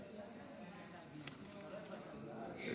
ג'.